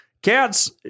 Cats